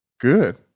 Good